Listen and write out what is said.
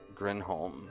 Grinholm